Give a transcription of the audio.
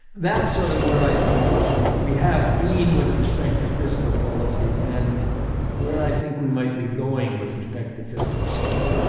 that's sort of where i think we have been with respect to fiscal policy and where i think we might be going with respect to fiscal policy.